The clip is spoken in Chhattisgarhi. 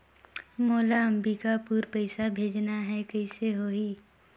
मोला अम्बिकापुर पइसा भेजना है, कइसे होही?